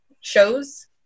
shows